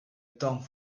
temps